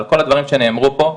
על כל הדברים שנאמרו פה.